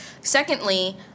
Secondly